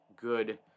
good